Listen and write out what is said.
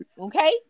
okay